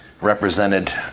Represented